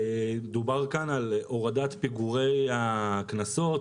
דובר כאן על הורדת פיגורי הקנסות